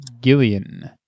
Gillian